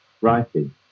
writing